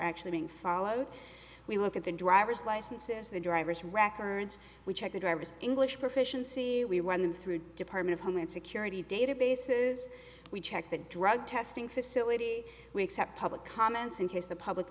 actually being followed we look at the driver's licenses the driver's records which i could drivers english proficiency we run them through department of homeland security databases we check the drug testing facility we accept public comments in case the public